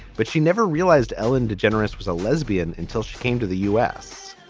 but she never realized ellen degeneres was a lesbian until she came to the u s.